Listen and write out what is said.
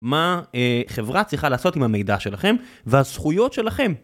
מה חברה צריכה לעשות עם המידע שלכם והזכויות שלכם.